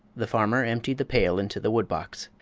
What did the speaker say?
the farmer emptied the pail into the wood-box,